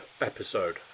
episode